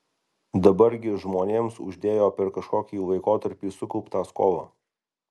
dabar gi žmonėms uždėjo per kažkokį laikotarpį sukauptą skolą